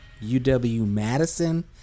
UW-Madison